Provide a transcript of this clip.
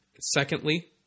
Secondly